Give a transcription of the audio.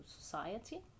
society